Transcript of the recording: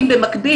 אם במקביל,